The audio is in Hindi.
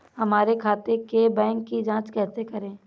हमारे खाते के बैंक की जाँच कैसे करें?